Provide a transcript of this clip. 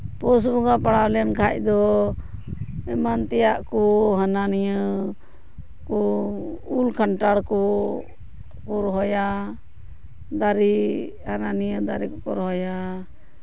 ᱯᱳᱥ ᱵᱚᱸᱜᱟ ᱯᱟᱲᱟᱣ ᱞᱮᱱᱠᱷᱟᱱ ᱫᱚ ᱮᱢᱟᱱ ᱛᱮᱭᱟᱜ ᱠᱚ ᱦᱟᱱᱟ ᱱᱤᱭᱟᱹ ᱠᱚ ᱩᱞ ᱠᱟᱱᱴᱷᱟᱲ ᱠᱚ ᱠᱚ ᱨᱚᱦᱚᱭᱟ ᱫᱟᱨᱮ ᱦᱟᱱᱟ ᱱᱤᱭᱟᱹ ᱫᱟᱨᱮ ᱠᱚᱠᱚ ᱨᱚᱦᱚᱭᱟ